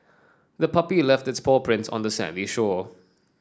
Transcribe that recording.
the puppy left its paw prints on the sandy shore